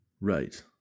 right